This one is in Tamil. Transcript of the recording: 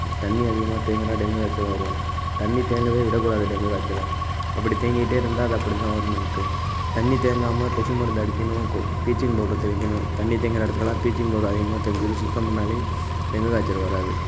தண்ணிர் அதிகமாக தேங்கினா டெங்கு காய்ச்சல் வரும் தண்ணிர் தேங்கவே விடக்கூடாது டெங்கு காய்ச்சலை அப்படி தேங்கிக்கிட்டே இருந்தால் அது அப்படிதான் வரும் நமக்கு தண்ணி தேங்காமல் கொசு மருந்து அடிக்கணும் கு பீளிச்சிங் பவுட்ரு தெளிக்கணும் தண்ணிர் தேங்குகிற இடத்துக்கெல்லாம் பீளிச்சிங் பவுட்ரு அதிகமாக தெளிச்சிகிட்டு சுத்தம் பண்ணாலே டெங்கு காய்ச்சல் வராது